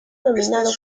nominado